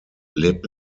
lebt